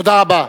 תודה רבה.